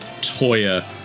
Toya